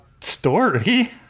story